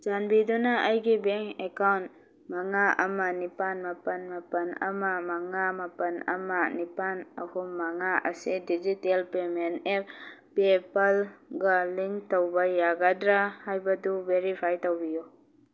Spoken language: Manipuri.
ꯆꯥꯟꯕꯤꯗꯨꯅ ꯑꯩꯒꯤ ꯕꯦꯡ ꯑꯦꯀꯥꯎꯟ ꯃꯉꯥ ꯑꯃ ꯅꯤꯄꯥꯜ ꯃꯥꯄꯜ ꯃꯥꯄꯜ ꯑꯃ ꯃꯉꯥ ꯃꯥꯄꯜ ꯑꯃ ꯅꯤꯄꯥꯜ ꯑꯍꯨꯝ ꯃꯉꯥ ꯑꯁꯦ ꯗꯤꯖꯤꯇꯦꯜ ꯄꯦꯃꯦꯟ ꯑꯦꯞ ꯄꯦꯄꯜꯒ ꯂꯤꯡ ꯇꯧꯕ ꯌꯥꯒꯗ꯭ꯔꯥ ꯍꯥꯏꯕꯗꯨ ꯚꯦꯔꯤꯐꯥꯏ ꯇꯧꯕꯤꯌꯨ